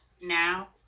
now